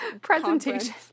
Presentation